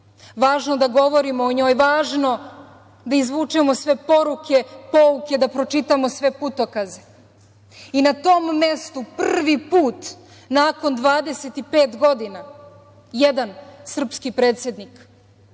važno da govorimo o njoj, važno da izvučemo sve poruke, pouke, da pročitamo sve putokaze. Na tom mestu, prvi put nakon 25 godina, jedan srpski predsednik,